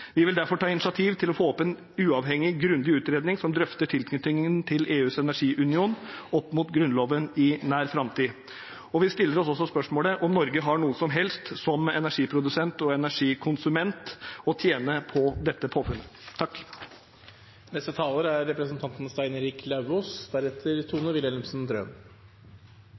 Vi vil derfor ta initiativ til å få opp en uavhengig, grundig utredning som drøfter tilknytningen til EUs energiunion opp mot Grunnloven, i nær framtid. Vi stiller oss også spørsmålet om Norge som energiprodusent og energikonsument har noe som helst å tjene på dette påfunnet. Så fikk vi det avklart: Venstre var ikke grønt, Venstre er